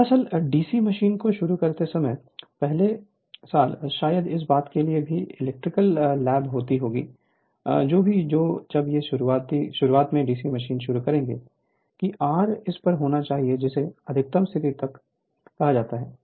दरअसल DC machine को शुरू करते समय पहले साल शायद इस बात के लिए भी इलेक्ट्रिकल लैब होगी या जो भी हो जब भी शुरुआत में डीसी मशीन शुरू करें कि R इस पर होना चाहिए जिसे अधिकतम स्थिति कहा जाता है